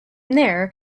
there